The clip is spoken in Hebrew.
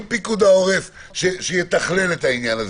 עם פיקוד העורף שיתכלל את העניין.